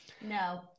No